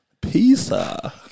Pizza